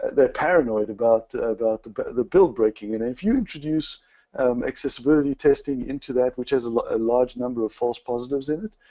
they're paranoid about about the but the build breaking. and if you introduce um accessibility testing into that which has a ah large number of false positives in it,